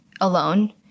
alone